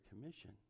Commission